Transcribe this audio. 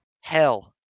Hell